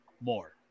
more